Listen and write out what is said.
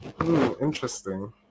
Interesting